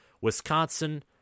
Wisconsin